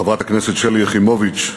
חברת הכנסת שלי יחימוביץ,